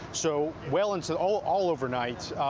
so well into all all overnight.